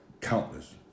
Countless